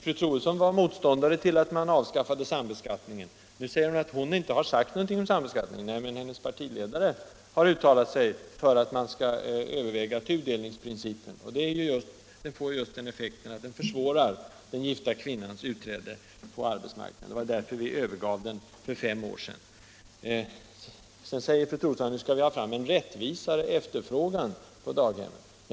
Fru Troedsson var motståndare till att vi avskaffade sambeskattningen, men nu säger hon att hon inte har sagt någonting i den frågan. Nej, men hennes partiledare har uttalat sig för att man skall överväga tudelningsprincipen, och den får just den effekten att försvåra den gifta kvinnans utträde på arbetsmarknaden. Det var därför som vi övergav den för fem år sedan. Sedan sade fru Troedsson också att vi skall ha en mera rättvis efterfrågan på daghem.